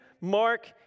Mark